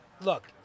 look